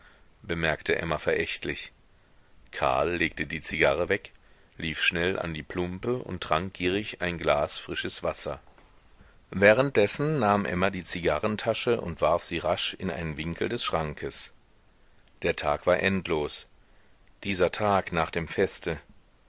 bemerkte emma verächtlich karl legte die zigarre weg lief schnell an die plumpe und trank gierig ein glas frisches wasser währenddessen nahm emma die zigarrentasche und warf sie rasch in einen winkel des schrankes der tag war endlos dieser tag nach dem feste